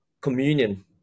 communion